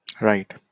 Right